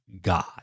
God